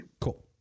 Cool